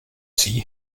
see